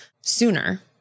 sooner